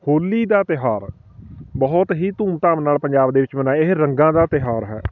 ਹੋਲੀ ਦਾ ਤਿਉਹਾਰ ਬਹੁਤ ਹੀ ਧੂਮਧਾਮ ਨਾਲ ਪੰਜਾਬ ਦੇ ਵਿੱਚ ਮਨਾਏ ਇਹ ਰੰਗਾਂ ਦਾ ਤਿਉਹਾਰ ਹੈ